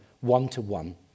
one-to-one